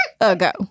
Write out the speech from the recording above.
ago